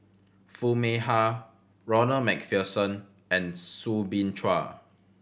Foo Mee Har Ronald Macpherson and Soo Bin Chua